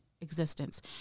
existence